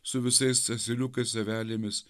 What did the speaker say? su visais asiliukais avelėmis